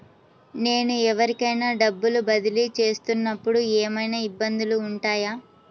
నేను ఎవరికైనా డబ్బులు బదిలీ చేస్తునపుడు ఏమయినా ఇబ్బందులు వుంటాయా?